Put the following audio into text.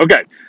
Okay